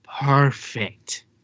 perfect